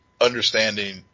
understanding